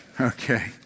Okay